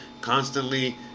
constantly